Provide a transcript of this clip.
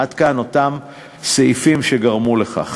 עד כאן אותם סעיפים שגרמו לכך.